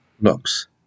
looks